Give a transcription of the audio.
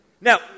Now